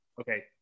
okay